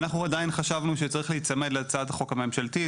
חשבנו שצריך להיצמד להצעת החוק הממשלתית